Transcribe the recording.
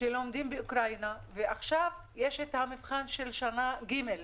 שלומדים באוקראינה ועכשיו יש את המבחן של שנה ג',